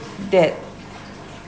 that